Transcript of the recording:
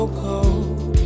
cold